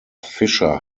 fischer